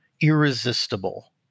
irresistible